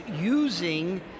using